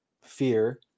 fear